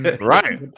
Right